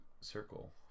circle